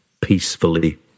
peacefully